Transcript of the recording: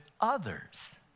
others